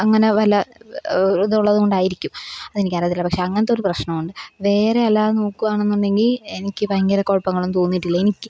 അങ്ങനെ വല്ല ഇതുള്ളത് കൊണ്ടായിരിക്കും അത് എനിക്കറിയത്തില്ല പക്ഷെ അങ്ങനത്ത ഒരു പ്രശ്നമുണ്ട് വേറെ അല്ലാതെ നോക്കുവാണെന്നുണ്ടെങ്കിൽ എനിക്ക് ഭയങ്കര കുഴപ്പങ്ങളൊന്നും തോന്നിയിട്ടില്ല എനിക്ക്